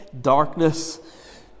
darkness